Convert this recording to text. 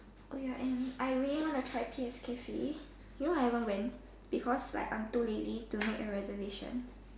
ya and I really want to try K_S Coffee did you ever went because I'm too lazy to make a reservation